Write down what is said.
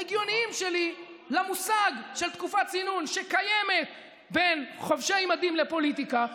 ההגיוניים שלי על מושג תקופת צינון שקיימת בין חובשי מדים לפוליטיקה.